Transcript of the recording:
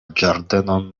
ĝardenon